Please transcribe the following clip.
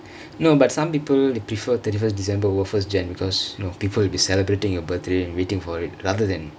no but some people they prefer thirty first december over first jan because you know people will be celebratingk your birthday and waitingk for it rather than